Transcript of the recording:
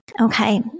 Okay